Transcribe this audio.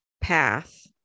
path